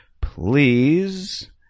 Please